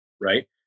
right